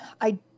I-